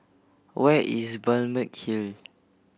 where is Balmeg Hill